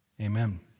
Amen